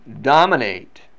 dominate